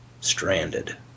stranded